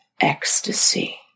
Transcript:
ecstasy